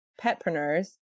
petpreneurs